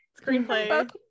Screenplay